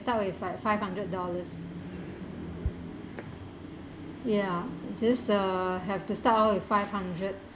start with like five hundred dollars ya this uh have to start off with five hundred